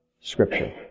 Scripture